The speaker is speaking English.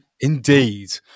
Indeed